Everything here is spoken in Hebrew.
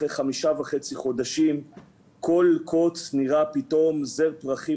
אחרי חמישה וחצי חודשים כל קוץ נראה פתאום זר פרחים